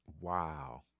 Wow